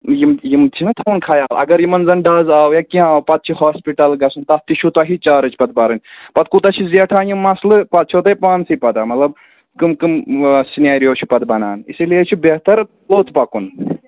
یِم یِم چھِنا تھَوُن خیال اگر یِمَن زَن ڈز آو یا کیٚنٛہہ آو پَتہٕ چھِ ہاسپِٹَل گژھُن تَتھ تہِ چھُو تۄہی چارٕج پَتہٕ بَرٕنۍ پَتہٕ کوٗتاہ چھِ زیٹھان یہِ مَسلہٕ پَتہٕ چھَو تۄہہِ پانسٕے پَتاہ مطلب کٕم کٕم سِنٮ۪اریٚو چھِ پَتہٕ بَنان اِسی لیے چھُ بہتر لۅت لۅت پَکُن